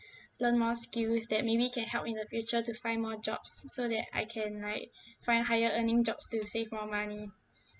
learn more skills that maybe can help in the future to find more jobs so that I can like find higher earning jobs to save more money